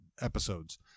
episodes